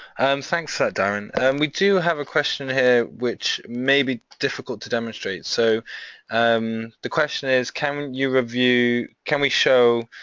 and thanks darrin, and we do have a question here which may be difficult to demonstrate so um the question is can you review, can we show